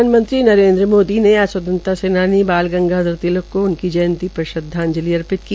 प्रधानमंत्री नरेन्द्र मोदी ने आज स्वतंत्रता सेनानी बाल गंगाधर तिलक को उनकी जंयतीपर श्रदवाजंलि अर्पित की